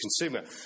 consumer